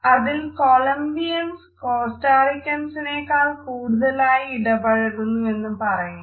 അതിൽ കൊളംബിയൻസ് കോസ്റ്റാറിക്കൻസിനേക്കാൾ കൂടുതലായി ഇടപഴകുന്നുവെന്ന് പറയുന്നു